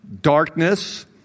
darkness